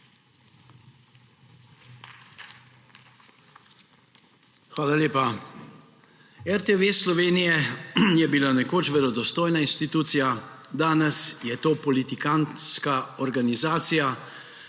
Hvala lepa. RTV Slovenija je bila nekoč verodostojna institucija, danes je to politikantska organizacija,